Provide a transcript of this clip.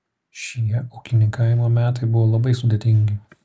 šie ūkininkavimo metai buvo labai sudėtingi